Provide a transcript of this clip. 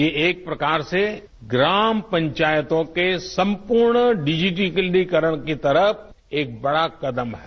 ये एक प्रकार से ग्राम पंचायतों के सम्पूर्ण डिजिटलीकरण की तरफ एक बड़ा कदम है